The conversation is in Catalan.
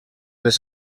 les